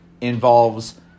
involves